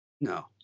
No